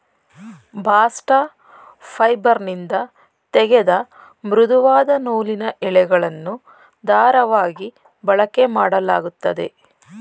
bast ಫೈಬರ್ನಿಂದ ತೆಗೆದ ಮೃದುವಾದ ನೂಲಿನ ಎಳೆಗಳನ್ನು ದಾರವಾಗಿ ಬಳಕೆಮಾಡಲಾಗುತ್ತದೆ